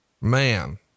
man